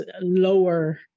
lower